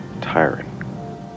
tiring